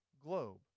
globe